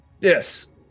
yes